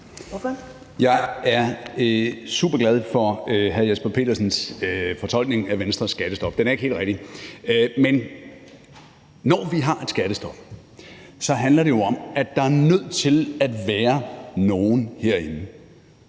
Jeg er superglad for hr. Jesper Petersens fortolkning af Venstres skattestop. Den er ikke helt rigtig. Men når vi har et skattestop, handler det jo om, at der er nødt til at være nogle herinde